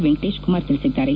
ವೆಂಕಟೇಶ ಕುಮಾರ್ ತಿಳಿಸಿದ್ದಾರೆ